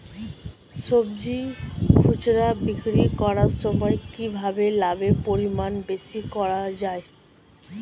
সবজি খুচরা বিক্রি করার সময় কিভাবে লাভের পরিমাণ বেশি করা যায়?